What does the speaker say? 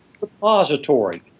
repository